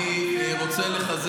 לא השאירו,